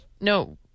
No